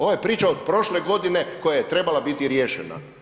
Ovo je priča od prošle godine koja je trebala biti riješena.